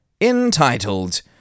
entitled